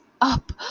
up